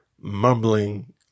mumbling